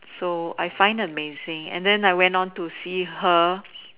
so I find amazing and then I went on to see her